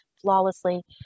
flawlessly